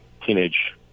teenage